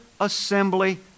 assembly